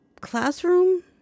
classroom